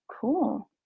Cool